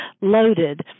loaded